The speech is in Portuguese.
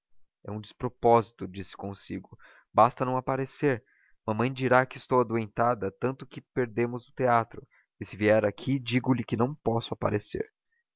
é um despropósito disse consigo basta não aparecer mamãe dirá que estou adoentada tanto que perdemos o teatro e se vier aqui digo-lhe que não posso aparecer